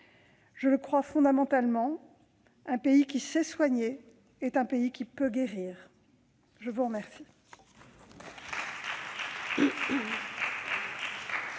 Je le crois fondamentalement, un pays qui sait soigner est un pays qui peut guérir. La parole